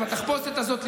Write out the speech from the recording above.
עם התחפושת הזאת,